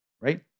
right